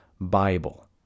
Bible